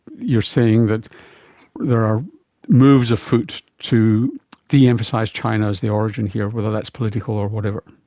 you're saying that there are moves afoot to deemphasise china as the origin here, whether that's political or whatever.